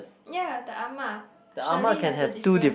ya the ah ma surely has a different